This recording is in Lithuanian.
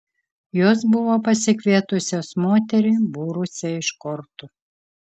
jos buvo pasikvietusios moterį būrusią iš kortų